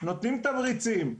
נותנים תמריצים.